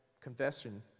confession